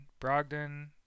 Brogdon